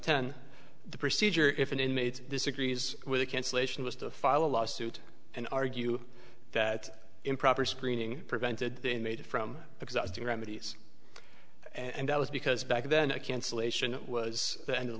ten the procedure if an inmate disagrees with a cancellation was to file a lawsuit and argue that improper screening prevented they made it from existing remedies and that was because back then a cancellation was the end of the